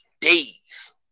days